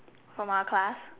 from our class